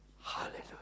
Hallelujah